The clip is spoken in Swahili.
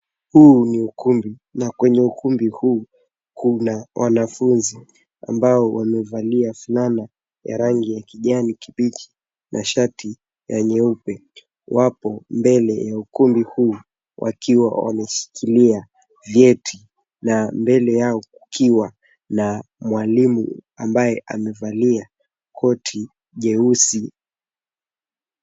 Huu ni ukumbi, na kwenye ukumbi huu kuna wanafunzi ambao wamevalia fulana ya rangi ya kijani kibichi na shati nyeupe. Wapo mbele ya ukumbi huu wakiwa wameshikilia vyeti na mbele yao kukiwa na mwalimu ambaye amevalia koti jeusi.